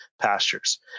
pastures